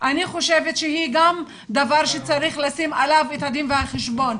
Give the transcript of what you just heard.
אני חושבת שהיא גם דבר שצריך לשים עליו את הדין והחשבון,